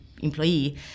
employee